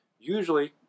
Usually